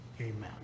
amen